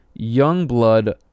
Youngblood